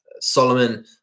Solomon